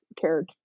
care